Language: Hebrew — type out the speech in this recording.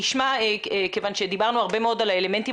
כיוון שדיברנו הרבה מאוד על האלמנטים